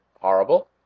horrible